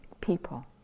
people